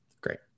great